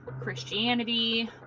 Christianity